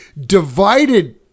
divided